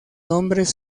nombres